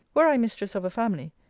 were i mistress of a family,